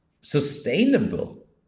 sustainable